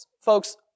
folks